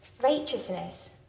Righteousness